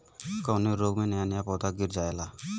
कवने रोग में नया नया पौधा गिर जयेला?